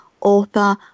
author